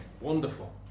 Wonderful